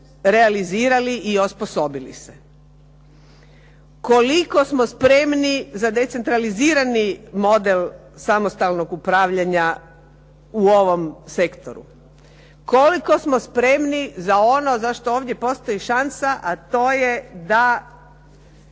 realizirali i osposobili se? Koliko smo spremni za decentralizirani model samostalnog upravljanja u ovom sektoru? Koliko smo spremni za ono za što ovdje postoji šansa a to je da